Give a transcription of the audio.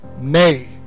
nay